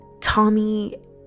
Tommy